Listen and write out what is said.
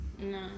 No